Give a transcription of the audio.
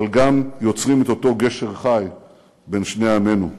אבל גם יוצרים את אותו גשר חי בין שני עמינו.